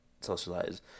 socialize